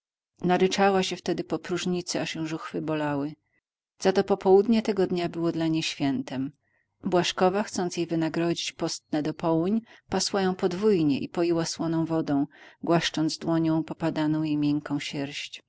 naryczała się wtedy po próżnicy aż ją żuchwy bolały zato popołudnie tego dnia było dla niej świętem błażkowa chcąc jej wynagrodzić postne dopołuń pasła ją podwójnie i poiła słoną wodą głaszcząc dłonią popadaną jej